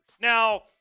Now